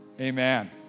Amen